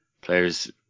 players